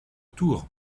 tour